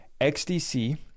XDC